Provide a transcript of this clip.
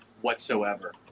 Whatsoever